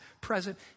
present